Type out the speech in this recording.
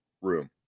Room